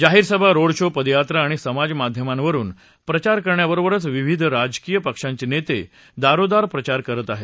जाहीर सभा road show पदयात्रा आणि सामाजमाध्यमांवरुन प्रचार करण्याबरोबरच विविध राजकीय पक्षांचे नेते दारोदार प्रचार करत आहेत